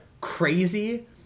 crazy